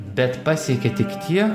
bet pasiekia tik tie